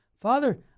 Father